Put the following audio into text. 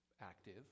active